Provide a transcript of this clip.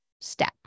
step